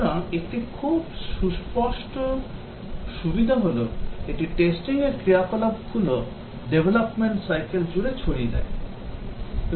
সুতরাং একটি খুব সুস্পষ্ট সুবিধা হল এটি testing র ক্রিয়াকলাপগুলো development life cycle জুড়ে ছড়িয়ে দেয়